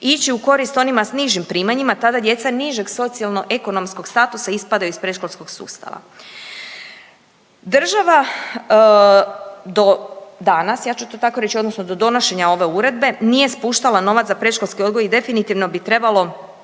ići u korist onima s nižim primanjima, tada djeca nižeg socijalno ekonomskog statusa ispadaju iz predškolskog sustava. Država danas, ja ću to tako reći odnosno do donošenja ove uredbe nije spuštala novac za predškolski odgoj i definitivno bi trebalo